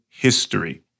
history